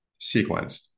sequenced